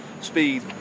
speed